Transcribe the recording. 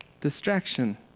distraction